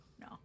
No